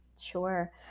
Sure